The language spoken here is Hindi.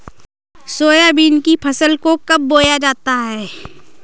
सोयाबीन की फसल को कब बोया जाता है?